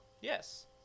Yes